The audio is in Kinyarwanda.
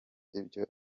ibyo